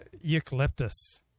eucalyptus